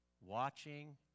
watching